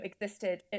existed